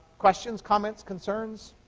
questions, comments, concerns,